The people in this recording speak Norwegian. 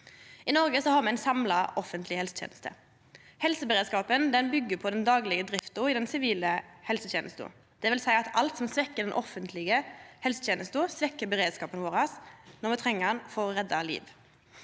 I Noreg har me ei samla offentleg helseteneste. Helseberedskapen byggjer på den daglege drifta i den sivile helsetenesta. Det vil seia at alt som svekkjer den offentlege helsetenesta, svekkjer beredskapen vår når me treng han for å redda liv.